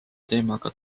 teemaga